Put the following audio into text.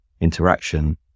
interaction